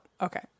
okay